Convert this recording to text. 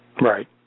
Right